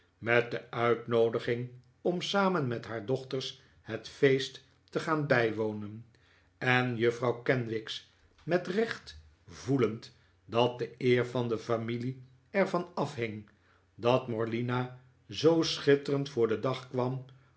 met de uitnoodiging om samen met haar dochters het feest te gaan bijwonen en juffrouw kenwigs met recht voelend dat de eer van de familie er van afhing dat morlina zoo schitterend voor den dag kwam